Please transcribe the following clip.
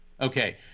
Okay